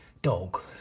dog. i